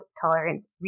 tolerance